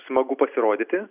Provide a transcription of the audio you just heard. smagu pasirodyti